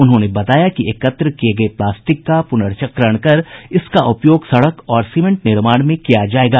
उन्होंने बताया कि एकत्र किये गये प्लास्टिक का पुनर्चक्रण कर इसका उपयोग सड़क और सीमेंट निर्माण में किया जायेगा